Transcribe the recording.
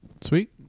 sweet